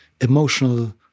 emotional